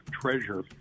treasure